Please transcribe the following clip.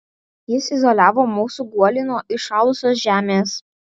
jis izoliavo mūsų guolį nuo įšalusios žemės